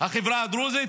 החברה הדרוזית,